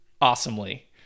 awesomely